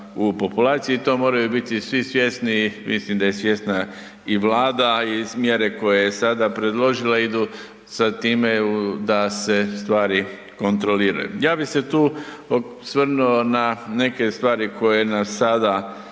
u populaciji. To moraju biti svi svjesni. Mislim da je svjesna i Vlada i mjere koje je sada predložila idu za time da se stvari kontroliraju. Ja bih se tu osvrnuo na neke stvari koje nas sada